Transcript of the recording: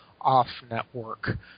off-network